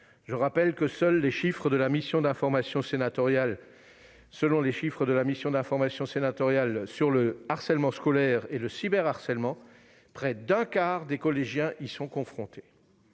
Je rappelle que, selon les chiffres de la mission d'information sénatoriale sur le harcèlement scolaire et le cyberharcèlement, près d'un quart des collégiens y sont confrontés.